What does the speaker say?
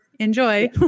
Enjoy